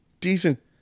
decent